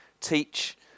teach